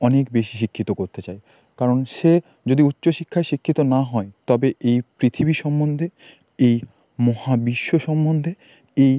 অনেক বেশি শিক্ষিত করতে চাই কারণ সে যদি উচ্চ শিক্ষায় শিক্ষিত না হয় তবে এই পৃথিবী সম্বন্ধে এই মহাবিশ্ব সম্বন্ধে এই